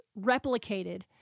replicated